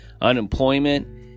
unemployment